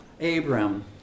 Abram